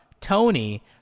tony